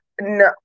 no